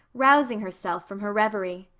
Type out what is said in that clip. rousing herself from her reverie.